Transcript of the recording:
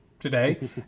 today